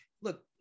look